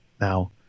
now